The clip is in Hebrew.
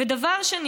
שנית,